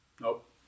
Nope